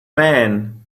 men